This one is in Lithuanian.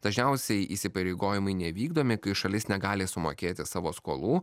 dažniausiai įsipareigojimai nevykdomi kai šalis negali sumokėti savo skolų